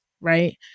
right